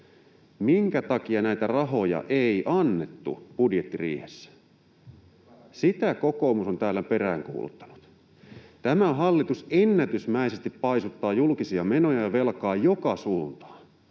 Minkä takia näitä rahoja ei annettu budjettiriihessä? [Petri Huru: Hyvä kysymys!] Sitä kokoomus on täällä peräänkuuluttanut. Tämä hallitus ennätysmäisesti paisuttaa julkisia menoja ja velkaa joka suuntaan,